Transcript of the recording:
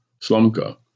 Slumka